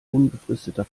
unbefristeter